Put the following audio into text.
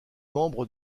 membre